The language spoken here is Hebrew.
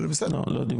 לא, הוא לא דיבר.